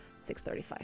6.35